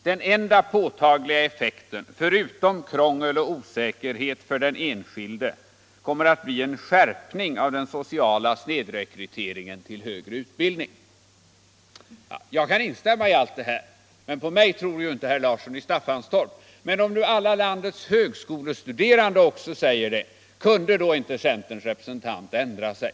Den enda påtagliga effekten, förutom krångel och osäkerhet för den enskilde kommer att bli en skärpning av den sociala snedrekryteringen till högre utbildning.” Jag kan instämma i allt detta, men på mig tror ju inte herr Larsson i Staffanstorp. Om nu alla landets högskolestuderande också säger det, kunde då inte centerns representant ändra sig?